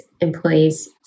employees